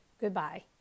goodbye